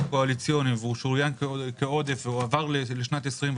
קואליציוני והוא שוריין כעודף והועבר ל-2021,